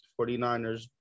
49ers